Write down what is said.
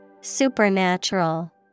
Supernatural